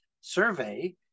survey